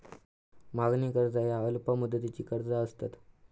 मागणी कर्ज ह्या अल्प मुदतीची कर्जा असतत